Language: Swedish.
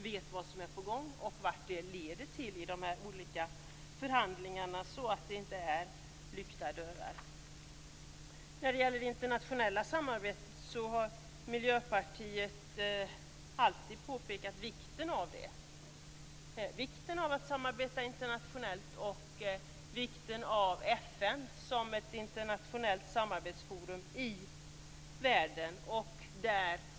Det är också väsentligt att vi vet vad som är på gång i förhandlingarna och ser vart de leder. Det får inte vara lyckta dörrar. Miljöpartiet har alltid påpekat vikten av internationellt samarbete och av FN som ett internationellt samarbetsforum i världen.